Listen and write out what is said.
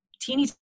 teeny